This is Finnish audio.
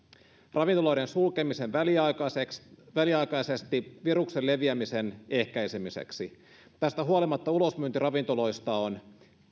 ravintoloiden sulkemisen väliaikaisesti väliaikaisesti viruksen leviämisen ehkäisemiseksi tästä päätöksestä huolimatta ulosmyynti ravintoloista on